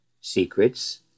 Secrets